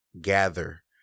gather